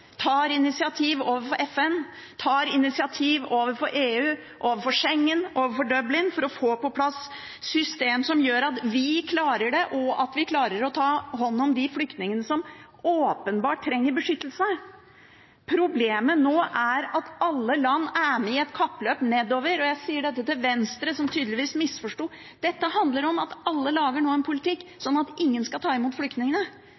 tar initiativ overfor FN, tar initiativ overfor EU, overfor Schengen, overfor Dublin, for å få på plass et system som gjør at vi klarer det, og at vi klarer å ta hånd om de flyktningene som åpenbart trenger beskyttelse. Problemet nå er at alle land er med i et kappløp nedover. Jeg sier dette til Venstre, som tydeligvis misforsto, at dette handler om at alle nå lager en politikk slik at ingen skal ta imot flyktningene.